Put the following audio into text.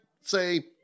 say